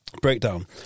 Breakdown